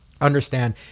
understand